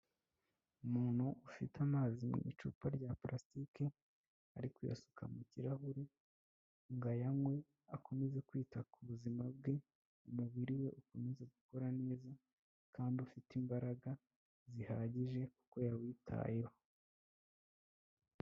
Umuntu ufite amazi mu icupa rya palasitike ari kuyasuka mu kirahure ngo ayanywe akomeze kwita ku buzima bwe, umubiri we ukomeza gukora neza kandi ufite imbaraga zihagije kuko yawitayeho.